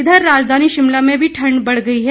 इधर राजधानी शिमला में भी ठण्ड बढ़ गई है